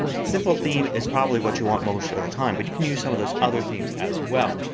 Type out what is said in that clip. simple theme is probably what you want most of the time but you can use some of those other themes as well.